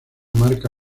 marca